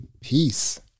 peace